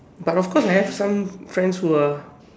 but of course I have some friends who are